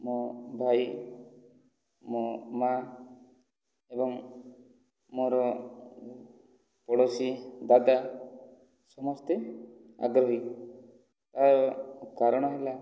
ମୋ ଭାଇ ମୋ ମା ଏବଂ ମୋର ପଡ଼ୋଶୀ ଦାଦା ସମସ୍ତେ ଆଗ୍ରହୀ ତା'ର କାରଣ ହେଲା